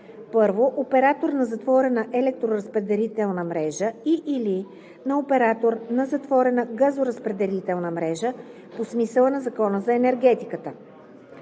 на: 1. оператор на затворена електроразпределителна мрежа и/или на оператор на затворена газоразпределителна мрежа по смисъла на Закона за енергетиката;